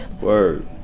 word